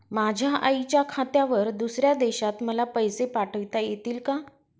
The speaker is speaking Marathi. माझ्या आईच्या खात्यावर दुसऱ्या देशात मला पैसे पाठविता येतील का?